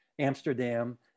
Amsterdam